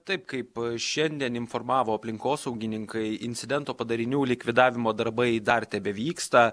taip kaip šiandien informavo aplinkosaugininkai incidento padarinių likvidavimo darbai dar tebevyksta